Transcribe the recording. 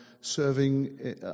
serving